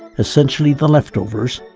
essentially the left overs,